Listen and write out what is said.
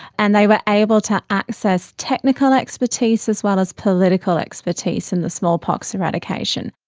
and they were able to access technical expertise as well as political expertise in the smallpox eradication.